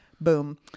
boom